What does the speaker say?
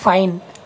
pine